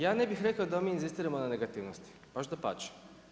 Ja ne bih rekao da mi inzistiramo na negativnosti, dapače.